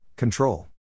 Control